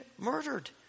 murdered